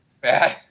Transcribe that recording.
bad